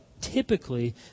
typically